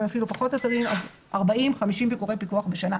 אפילו פחות אתרים אז יש 50-40 ביקורי פיקוח בשנה.